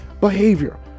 behavior